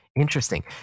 Interesting